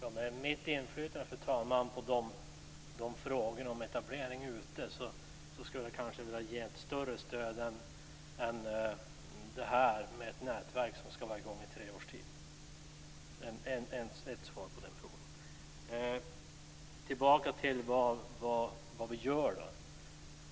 Fru talman! När det gäller frågor om etablering ute i landet skulle jag kanske vilja ge ett stöd till något som är större än ett nätverk som ska vara i gång i tre års tid. Det är mitt svar på frågan. Jag ska gå tillbaka till vad vi gör.